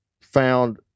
found